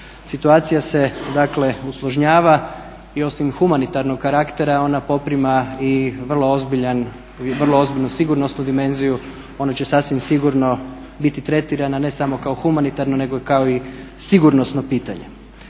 Situacija se dakle uslužnjava i osim humanitarnog karaktera ona poprima i vrlo ozbiljnu sigurnosnu dimenziju, ona će sasvim sigurno biti tretirana ne samo kao humanitarno nego kao i sigurnosno pitanje.